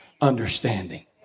understanding